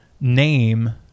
name